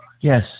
Yes